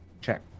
check